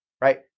right